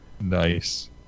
Nice